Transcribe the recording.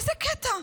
איזה קטע,